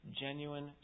genuine